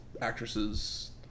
actresses